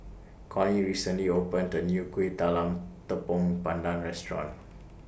Connie recently opened The New Kuih Talam Tepong Pandan Restaurant